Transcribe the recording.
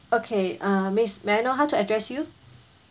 okay uh miss may I know how to address you